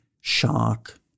shock